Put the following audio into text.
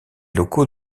locaux